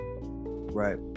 Right